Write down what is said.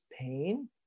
pain